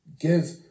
Give